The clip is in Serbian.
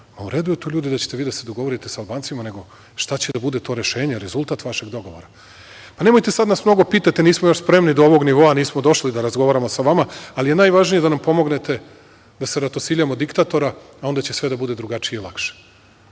U redu je to, ljudi, da ćete da se dogovorite sa Albancima, nego šta će da bude to rešenje, rezultat vašeg dogovora. Nemojte sad, mnogo nas pitate, nismo spremni do ovog nivoa nismo došli da razgovaramo sa vama, ali je najvažnije da nam pomognete da se ratosiljamo diktatora, a onda će sve da bude drugačije i